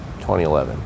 2011